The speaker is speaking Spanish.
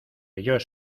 ellos